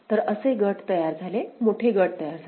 तर असे गट तयार झाले मोठे गट तयार झाले